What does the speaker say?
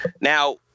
Now